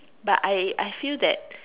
but I I feel that